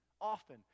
often